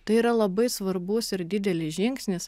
tai yra labai svarbus ir didelis žingsnis